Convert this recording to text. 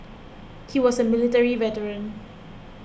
he was a military veteran